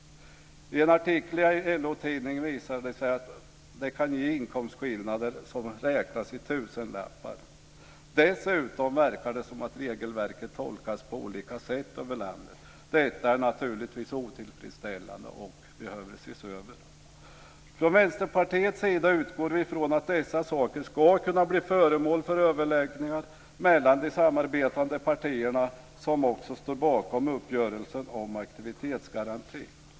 I en artikel i LO-tidningen visar det sig att det kan ge inkomstskillnader som räknas i tusenlappar. Dessutom verkar regelverket tolkas på olika sätt över landet. Detta är naturligtvis otillfredsställande och behöver därför ses över. Vi i Vänsterpartiet utgår från att dessa saker ska kunna bli föremål för överläggningar mellan de samarbetande partierna, som också står bakom uppgörelsen om aktivitetsgarantin.